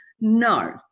No